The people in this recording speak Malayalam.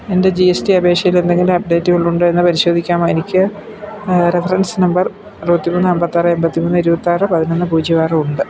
എൻ്റെ ജി എസ് ടി അപേക്ഷയിൽ എന്തെങ്കിലും അപ്ഡേറ്റുകളുണ്ടോ എന്ന് പരിശോധിക്കാമോ എനിക്ക് റഫറൻസ് നമ്പർ അറുപത്തി മൂന്ന് അമ്പത്തി ആറ് എൺപത്തി മൂന്ന് ഇരുപത്തി ആറ് പതിനൊന്ന് പൂജ്യം ആറ് ഉണ്ട്